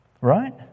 Right